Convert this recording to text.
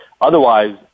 Otherwise